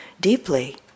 deeply